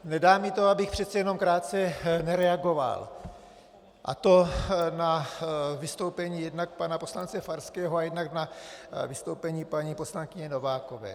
Nedá mi to, abych přece jenom krátce nereagoval, a to na vystoupení jednak pana poslance Farského a jednak na vystoupení paní poslankyně Novákové.